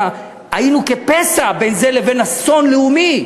היינו כפסע בין זה לבין אסון לאומי,